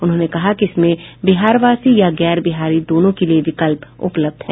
उन्होंने कहा कि इसमें बिहारीवासी या गैरबिहारी दोनों के लिए विकल्प उपलब्ध है